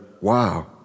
Wow